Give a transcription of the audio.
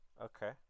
Okay